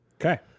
Okay